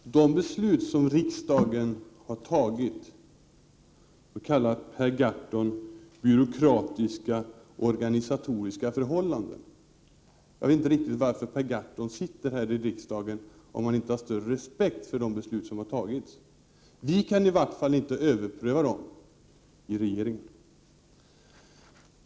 Herr talman! De beslut som riksdagen har fattat kallar Per Gahrton byråkratiska och organisatoriska förhållanden. Jag förstår inte varför Per Gahrton sitter här i riksdagen om han inte har större respekt för de beslut som har fattats. Regeringen kan i varje fall inte överpröva dem.